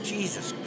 Jesus